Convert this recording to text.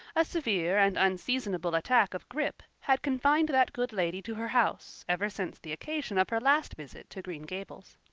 a severe and unseasonable attack of grippe had confined that good lady to her house ever since the occasion of her last visit to green gables.